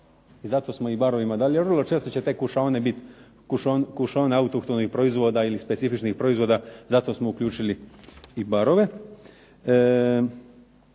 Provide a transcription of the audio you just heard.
i zato smo i barovima dali, jer vrlo često će te kušaone biti kušaone autohtonih proizvoda ili specifičnih proizvoda. Zato smo uključili i barove.